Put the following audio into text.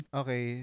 okay